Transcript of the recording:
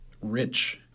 rich